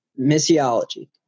Missiology